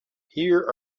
here